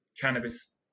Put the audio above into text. cannabis